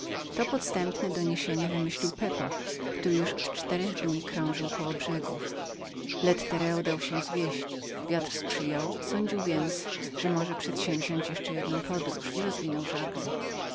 to podstępne doniesienie wymyślił pepo który już od czterech dni krążył koło brzegów lettereo dał się zwieść wiatr jeszcze dość sprzyjał sądził więc że może przedsięwziąść podróż i rozwinął żagle